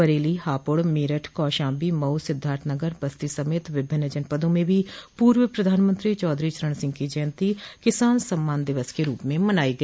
बरेली हापुड़ मेरठ कौशाम्बी मऊ सिद्धार्थनगर बस्ती समेत विभिन्न जनपदों में भी पूर्व प्रधानमंत्री चाधरी चरण सिंह के जयन्ती किसान सम्मान दिवस की रूप में मनाया गया